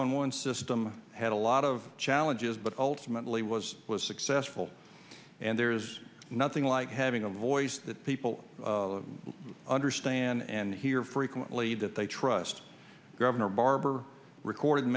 one one system had a lot of challenges but ultimately was was successful and there's nothing like having a voice that people understand and hear frequently that they trust governor barbour recorded